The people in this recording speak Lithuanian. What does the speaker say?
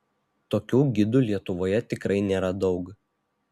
tokių gidų lietuvoje tikrai nėra daug